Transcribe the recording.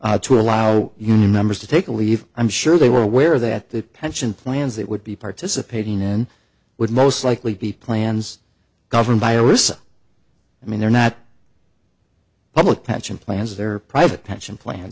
benefit to allow union members to take a leave i'm sure they were aware that the pension plans that would be participating and would most likely be plans governed by a risk i mean they're not public pension plans they're private pension plan